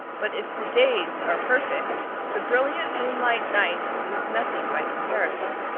but if the days are perfect, the brilliant moonlight nights lose nothing by comparison.